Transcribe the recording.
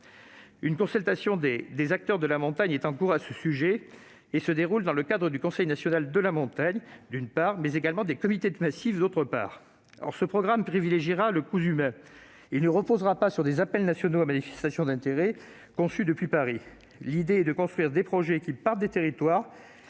Une consultation des acteurs de la montagne est en cours à ce sujet et se déroule dans le cadre du Conseil national de la montagne, d'une part, et des comités de massif, d'autre part. Ce programme privilégiera le « cousu main ». Il ne reposera pas sur des appels nationaux à manifestation d'intérêt conçus depuis Paris. L'idée est de construire des projets qui partent des territoires